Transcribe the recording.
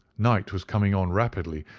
night was coming on rapidly,